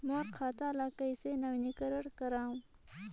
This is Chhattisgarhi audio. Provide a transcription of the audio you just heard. मोर खाता ल कइसे नवीनीकरण कराओ?